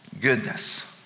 goodness